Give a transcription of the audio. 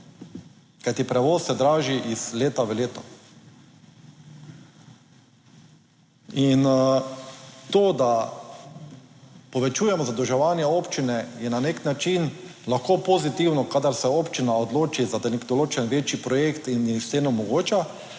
kajti prevoz se draži iz leta v leto. In to, da povečujemo zadolževanje občine je na nek način lahko pozitivno, kadar se občina odloči za nek določen večji projekt in jim s tem omogoča,